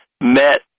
met